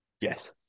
Yes